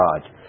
God